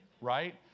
right